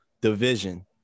division